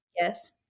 Yes